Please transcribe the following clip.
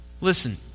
Listen